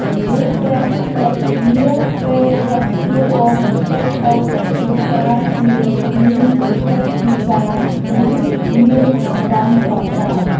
ពន្លឺព្រះអាទិត្យនាពេលព្រឹកជួយឱ្យបន្ទប់តូចចង្អៀតប្រែជាមានជីវិតជីវ៉ានិងមានអារម្មណ៍ស្រស់ស្រាយ។